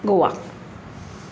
Goa